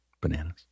bananas